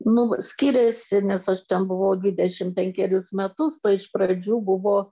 nu skyrėsi nes aš ten buvau dvidešim penkerius metus iš pradžių buvo